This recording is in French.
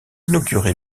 inauguré